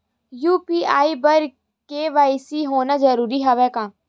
UPI बर KYC होना जरूरी हवय का?